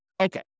Okay